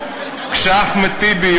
כשאחמד טיבי,